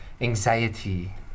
anxiety